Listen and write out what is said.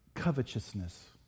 covetousness